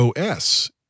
OS